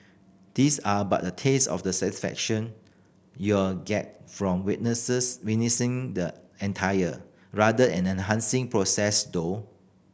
these are but a taste of the satisfaction you'll get from witnesses witnessing the entire rather enchanting process though